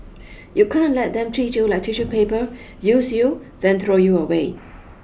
you can't let them treat you like tissue paper use you then throw you away